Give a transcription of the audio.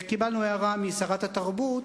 קיבלנו הערה משרת התרבות,